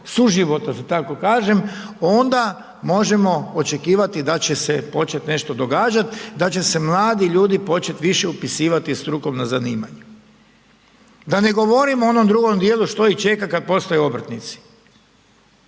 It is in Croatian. suživota da tako kažem onda možemo očekivati da će se počet nešto događat, da će se mladi ljudi počet više upisivat u strukovna zanimanja. Da ne govorim o onom drugom dijelu što ih čeka kad postaju obrtnici,